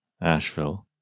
Asheville